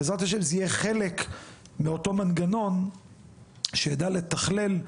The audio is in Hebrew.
בעזרת השם זה יהיה חלק מאותו מנגנון שידע לתכלל,